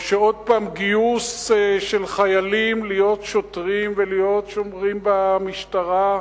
או שעוד גיוס של חיילים להיות שוטרים ולהיות שומרים במשטרה?